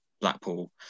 Blackpool